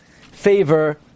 favor